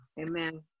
Amen